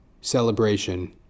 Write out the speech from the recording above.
celebration